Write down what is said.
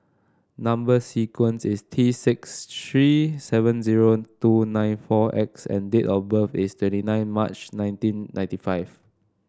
number sequence is T six three seven zero two nine four X and date of birth is twenty nine March nineteen ninety five